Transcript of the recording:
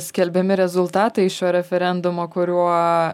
skelbiami rezultatai šio referendumo kuriuo